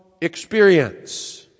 experience